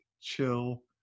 chill